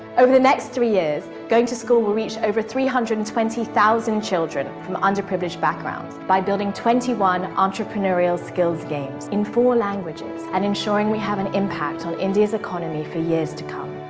over the next three years, going to school will reach over three hundred and twenty thousand children from underprivileged backgrounds by building twenty one entrepreneurial skills games in four languages and ensuring we have an impact on india's economy for years to come.